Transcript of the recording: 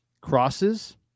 crosses